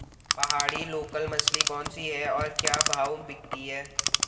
पहाड़ी लोकल मछली कौन सी है और क्या भाव बिकती है?